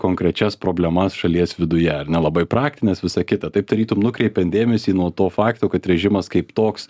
konkrečias problemas šalies viduje ar ne labai praktines visą kitą taip tarytum nukreipiant dėmesį nuo to fakto kad režimas kaip toks